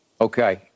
Okay